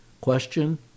Question